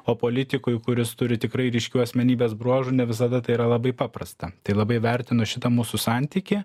o politikui kuris turi tikrai ryškių asmenybės bruožų ne visada tai yra labai paprasta tai labai vertinu šitą mūsų santykį